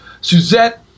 Suzette